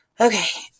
okay